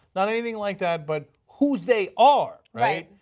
not anything like that, but who they are. right,